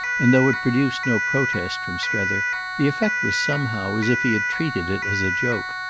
and though it produced no protest from strether the effect was somehow as if he had treated it as a joke.